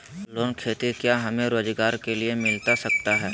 Loan खेती क्या हमें रोजगार के लिए मिलता सकता है?